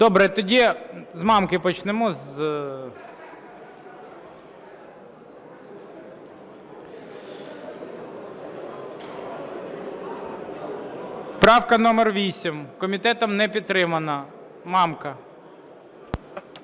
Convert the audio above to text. Добре, тоді з Мамки почнемо. Правка номер 8. Комітетом не підтримана. Мамка.